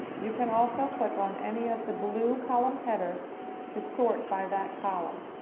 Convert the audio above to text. you can also click on any of the blue column headers to sort by that column.